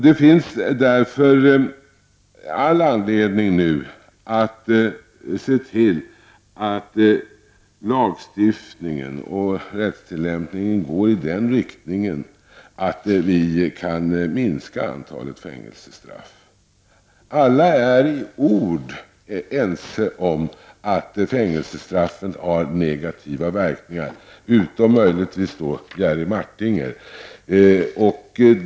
Det finns därför all anledning att nu se till att lagstiftningen och rättstillämpningen går i den riktningen att vi kan minska antalet fängelsestraff. Alla är i ord ense om att fängelsestraffen har negativa verkningar, utom möjligtvis Jerry Martinger.